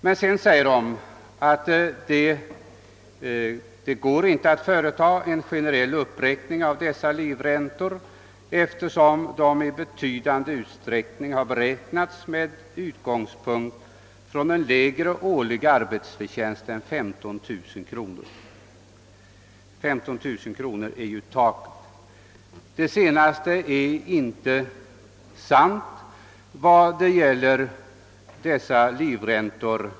Men sedan skriver utskottet att det går inte »att företa en generell uppräkning av dessa livräntor, eftersom de i betydande utsträckning beräknats med utgångspunkt från en lägre årlig arbetsförtjänst än 15000 kr.» — 15 000 kronor är nämligen taket. Detta är inte sant.